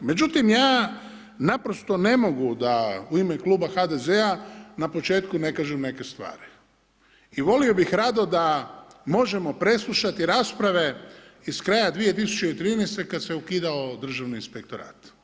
Međutim ja naprosto ne mogu da u ime kluba HDZ-a na početku ne kažem neke stvari i volio bih rado da možemo preslušati rasprave iz kraja 2013. kad se ukidao državni inspektorat.